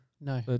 No